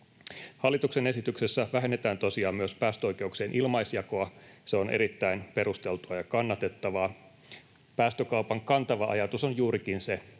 Hallituksen esityksessä vähennetään tosiaan myös päästöoikeuksien ilmaisjakoa. Se on erittäin perusteltua ja kannatettavaa. Päästökaupan kantava ajatus on juurikin se,